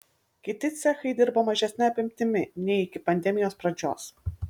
kiti cechai dirba mažesne apimtimi nei iki pandemijos pradžios